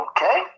Okay